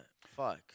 Fuck